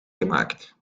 gemaakt